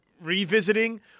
revisiting